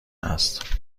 است